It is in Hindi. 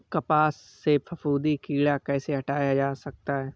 कपास से फफूंदी कीड़ा कैसे हटाया जा सकता है?